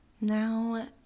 Now